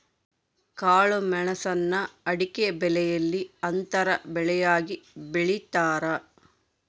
ಕಾಳುಮೆಣುಸ್ನ ಅಡಿಕೆಬೆಲೆಯಲ್ಲಿ ಅಂತರ ಬೆಳೆಯಾಗಿ ಬೆಳೀತಾರ